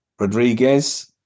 rodriguez